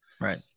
Right